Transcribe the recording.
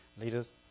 leaders